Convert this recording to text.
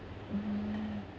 mm